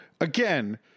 again